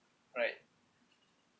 right